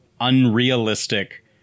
unrealistic